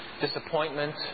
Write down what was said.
disappointment